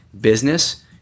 business